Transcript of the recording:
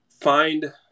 find